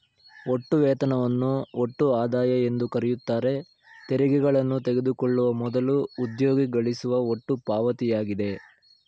ಒಟ್ಟು ವೇತನವನ್ನು ಒಟ್ಟು ಆದಾಯ ಎಂದುಕರೆಯುತ್ತಾರೆ ತೆರಿಗೆಗಳನ್ನು ತೆಗೆದುಕೊಳ್ಳುವ ಮೊದಲು ಉದ್ಯೋಗಿ ಗಳಿಸುವ ಒಟ್ಟು ಪಾವತಿಯಾಗಿದೆ